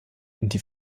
die